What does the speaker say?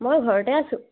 মই ঘৰতে আছোঁ